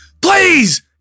Please